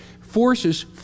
forces